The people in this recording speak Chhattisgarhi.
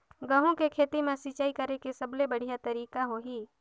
गंहू के खेती मां सिंचाई करेके सबले बढ़िया तरीका होही?